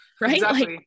Right